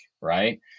Right